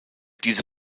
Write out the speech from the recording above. diese